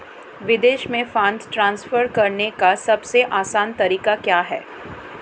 विदेश में fund transfer करने का सबसे आसान तरीका क्या है?